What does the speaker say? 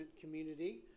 Community